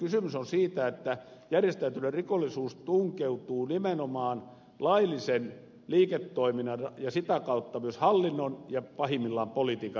kysymys on siitä että järjestäytynyt rikollisuus tunkeutuu nimenomaan laillisen liiketoiminnan ja sitä kautta myös hallinnon ja pahimmillaan politiikan rakenteisiin